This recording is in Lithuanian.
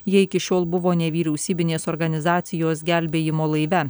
jie iki šiol buvo nevyriausybinės organizacijos gelbėjimo laive